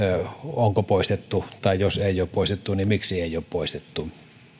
onko poistettu tai sitä että jos ei ole poistettu niin miksi ei ole poistettu